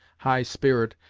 high spirit,